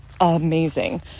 amazing